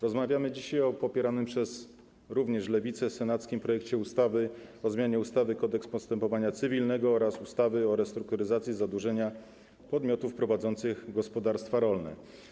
Rozmawiamy dzisiaj o popieranym również przez Lewicę senackim projekcie ustawy o zmianie ustawy - Kodeks postępowania cywilnego oraz ustawy o restrukturyzacji zadłużenia podmiotów prowadzących gospodarstwa rolne.